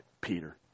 Peter